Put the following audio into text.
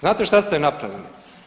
Znate šta ste napravili?